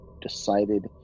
decided